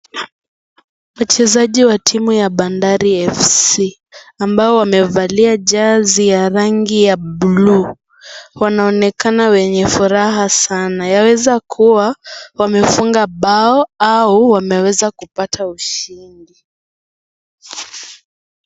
Wachezaji wa timu ya Bandari Fc ambao wamevalia jesi ya rangi ya buluu. Wanaonekana wenye furaha sana, yaweza kuwa wamefunga bao au wameweza kupata ushindi.